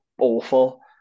awful